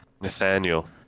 Nathaniel